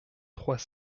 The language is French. trois